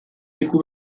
leku